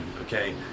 okay